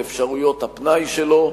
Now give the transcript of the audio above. באפשרויות הפנאי שלו,